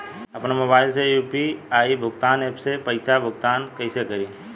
आपन मोबाइल से यू.पी.आई भुगतान ऐपसे पईसा भुगतान कइसे करि?